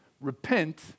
Repent